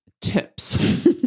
tips